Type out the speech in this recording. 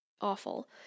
awful